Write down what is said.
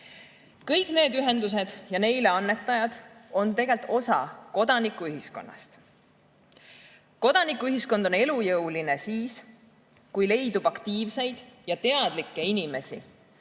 Kõik need ühendused ja neile annetajad on tegelikult osa kodanikuühiskonnast. Kodanikuühiskond on elujõuline siis, kui leidub aktiivseid ja teadlikke inimesi,